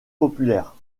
populaire